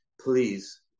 Please